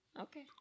Okay